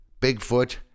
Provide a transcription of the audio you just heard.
Bigfoot